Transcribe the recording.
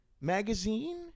Magazine